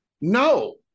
No